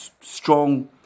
strong